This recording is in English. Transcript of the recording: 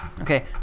Okay